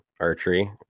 archery